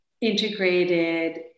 integrated